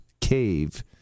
Cave